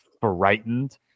frightened